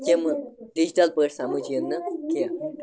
تِمہٕ ڈِجٹل پٲٹھۍ سَمٕجھ یِن نہٕ کینٛہہ